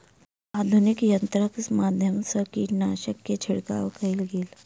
आधुनिक यंत्रक माध्यम सँ कीटनाशक के छिड़काव कएल गेल